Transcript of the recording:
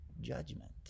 judgment